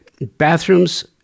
bathrooms